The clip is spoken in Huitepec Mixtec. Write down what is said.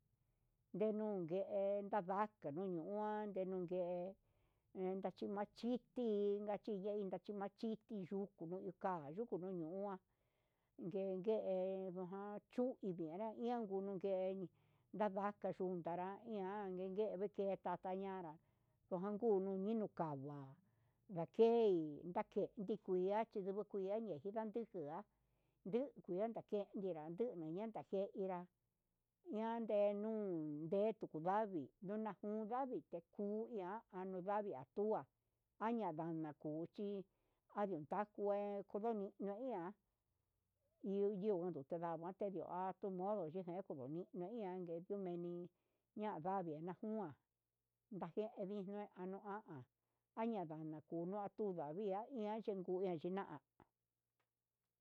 Ndenun nguee ngava ninguan he nun ngue he achi machiti he machiti yuku ka'a nu yuku nuu ñua, nguen nguen nujan chuku indi ihan nuungue eneni ndakayuu nanrá ian ndedengue ke'e katat ñanrá kojan kunuu ndikon kava'a, iin ndakei ndake iha chinduguu cheji ndijindan tu'a jun kuenta kenye'e, kanduu kuenta njé nguinra iha nden nuu ndekutu ndavii nuna kuu ndavii nijuña, ha nondavia atua añandana kuchi andion takué kondon no ihá, iho yuun undu tindava'a tendio atumodo xhe'e njen kuu nunu ihá ndika kuu mi'i, ñanravia najunua ndajen nixne nganuu ha a an añakundu ndanua tudavii ian yee, yenguu ena'a.